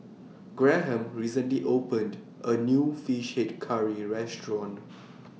Graham recently opened A New Fish Head Curry Restaurant